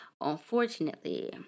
unfortunately